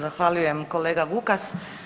Zahvaljujem kolega Vukas.